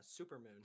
Supermoon